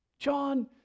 John